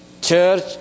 church